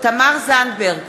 תמר זנדברג,